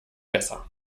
besser